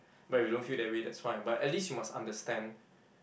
but you don't feel that way that's fine but at least you must understand